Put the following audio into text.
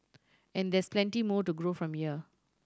and there's plenty more to grow from here